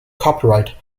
copyright